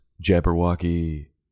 Jabberwocky